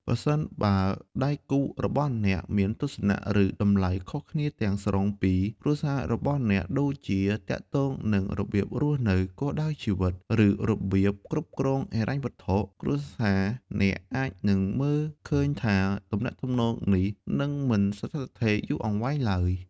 ប្រសិនបើដៃគូរបស់អ្នកមានទស្សនៈ ឬតម្លៃខុសគ្នាទាំងស្រុងពីគ្រួសាររបស់អ្នក ដូចជាទាក់ទងនឹងរបៀបរស់នៅ គោលដៅជីវិត ឬរបៀបគ្រប់គ្រងហិរញ្ញវត្ថុ គ្រួសារអ្នកអាចនឹងមើលឃើញថា ទំនាក់ទំនងនេះនឹងមិនស្ថិតស្ថេរយូរអង្វែងឡើយ។